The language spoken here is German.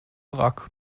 wrack